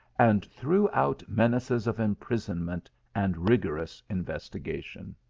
and threw out menaces of imprisonment and rigorous investigation.